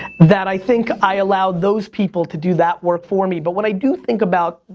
that i think i allow those people to do that work for me. but, what i do think about,